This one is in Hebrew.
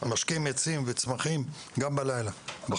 משקים עצים וצמחים גם בלילה בחוץ.